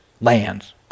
lands